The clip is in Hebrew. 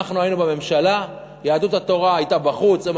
אנחנו היינו בממשלה, יהדות התורה הייתה בחוץ.